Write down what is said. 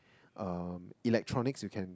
uh electronics you can